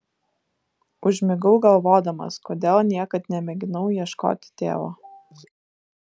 užmigau galvodamas kodėl niekad nemėginau ieškoti tėvo